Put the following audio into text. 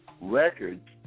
records